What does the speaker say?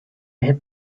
have